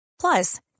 Plus